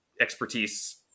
expertise